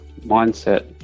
mindset